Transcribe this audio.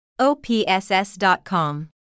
OPSS.com